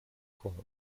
colors